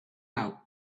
out